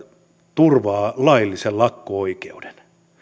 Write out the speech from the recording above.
turvaa laillisen lakko oikeuden